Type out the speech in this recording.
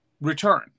return